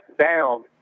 down